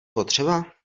potřeba